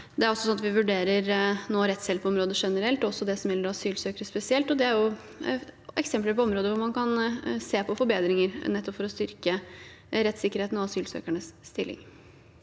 Vi vurderer også rettshjelpområdet generelt nå, og spesielt det som gjelder asylsøkere, og det er eksempler på områder hvor man kan se på forbedringer for å styrke rettssikkerheten og asylsøkernes stilling.